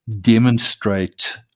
demonstrate